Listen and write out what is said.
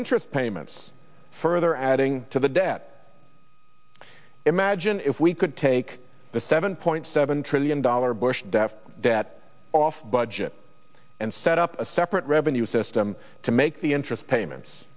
interest payments further adding to the debt imagine if we could take the seven point seven trillion dollar bush debt debt off budget and set up a separate revenue system to make the interest payments